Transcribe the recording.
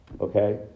Okay